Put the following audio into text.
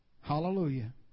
Hallelujah